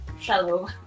Shallow